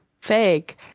fake